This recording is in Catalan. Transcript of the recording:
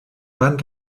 van